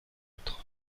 autre